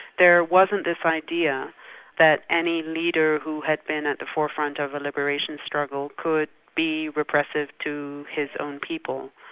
there wasn't this idea that any leader who had been at the forefront of a liberation struggle could be repressive to his own people.